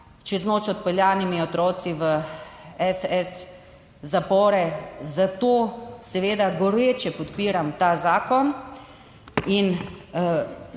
čez noč odpeljanimi otroci v SS zapore. Zato seveda goreče podpiram ta zakon in